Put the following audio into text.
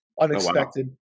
unexpected